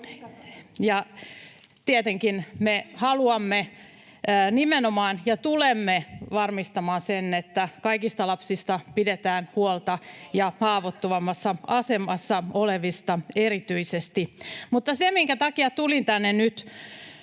Tietenkin me haluamme nimenomaan varmistaa ja tulemme varmistamaan sen, että kaikista lapsista pidetään huolta ja haavoittuvammassa asemassa olevista erityisesti. Mutta se, minkä takia tulin tänne nyt